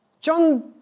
John